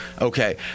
Okay